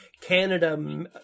Canada